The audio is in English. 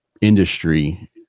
industry